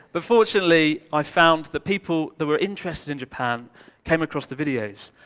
but fortunately, i found that people that were interested in japan came across the videos,